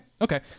Okay